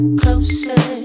closer